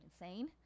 insane